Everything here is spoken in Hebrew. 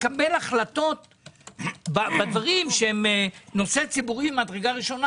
לקבל החלטות בדברים שהם נושא ציבורי ממדרגה ראשונה,